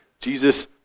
Jesus